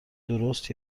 درست